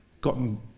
gotten